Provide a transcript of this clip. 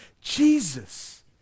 Jesus